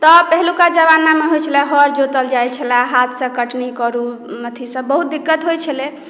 तऽ पहिलुका जमाना मे होइ छलए हर जोतल जाइ छलए हाथ सॅं कटनी करू अथिसब बहुत दिक्कत होइ छलै